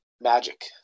magic